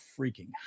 freaking